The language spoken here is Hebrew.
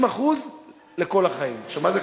60% לכל החיים.